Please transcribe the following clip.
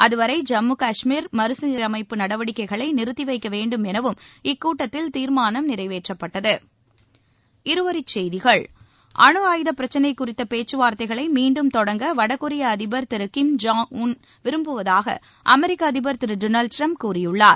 அதுவரை ஜம்மு கஷ்மீர் மறுசீரமைப்பு நடவடிக்கைகளை நிறுத்தி வைக்க வேண்டும் எனவும் இக்கூட்டத்தில் தீர்மானம் நிறைவேற்றப்பட்டுள்ளது இருவரிச்செய்திகள் அணுஆயுதப் பிரச்னை குறித்த பேச்சுவார்த்தைகளை மீண்டும் தொடங்க வடகொரிய அதிபர் திரு கிம் ஜாங் உன் விரும்புவதாக அமெரிக்க அதிபர் திரு டொனால்ட் ட்ரம்ப் கூறியுள்ளார்